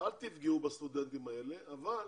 אל תפגעו בסטודנטים האלה, אבל